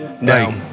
No